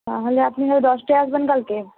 তাহলে আপনি কাল দশটায় আসবেন কালকে